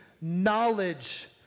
knowledge